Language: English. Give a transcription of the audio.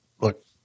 look